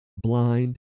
blind